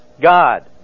God